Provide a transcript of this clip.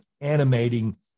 animating